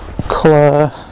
Colour